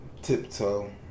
Tiptoe